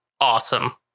awesome